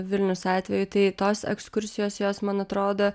vilnius atveju tai tos ekskursijos jos man atrodo